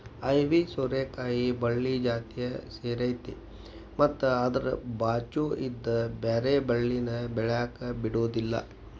ಐವಿ ಸೋರೆಕಾಯಿ ಬಳ್ಳಿ ಜಾತಿಯ ಸೇರೈತಿ ಮತ್ತ ಅದ್ರ ಬಾಚು ಇದ್ದ ಬ್ಯಾರೆ ಬಳ್ಳಿನ ಬೆಳ್ಯಾಕ ಬಿಡುದಿಲ್ಲಾ